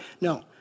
No